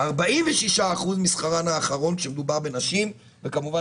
46% משכרן האחרון כשמדובר בנשים וכמובן